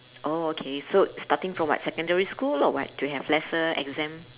oh okay so starting from what secondary school or what to have lesser exam